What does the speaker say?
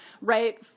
right